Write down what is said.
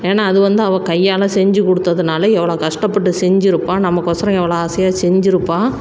ஏன்னா அது வந்து அவள் கையால் செஞ்சு கொடுத்ததுனால எவ்வளோ கஷ்டப்பட்டு செஞ்சிருப்பாள் நமக்கோசரம் எவ்வளோ ஆசையாக செஞ்சிருப்பாள்